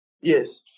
Yes